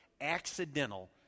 accidental